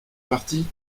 parti